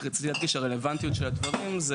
רק רציתי להדגיש שהרלוונטיות של הדברים זה